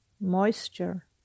moisture